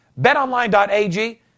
BetOnline.ag